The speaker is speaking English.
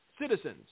citizens